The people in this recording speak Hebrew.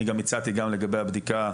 אני גם הצעתי גם לגבי הבדיקה,